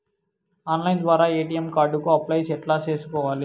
Online ద్వారా ATM card కు apply ఎట్లా సేసుకోవాలి?